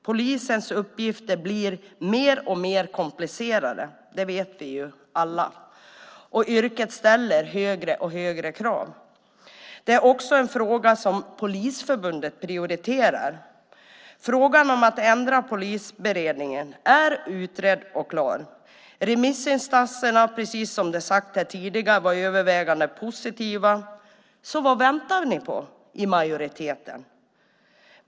Polisens uppgifter blir mer och mer komplicerade - det vet vi alla - och yrket ställer allt högre krav. Detta är något som också Polisförbundet prioriterar. Frågan om att ändra polisberedningen är utredd och klar. Remissinstanserna var, precis som tidigare här har sagts, till övervägande del positiva. Så vad väntar ni i majoriteten på?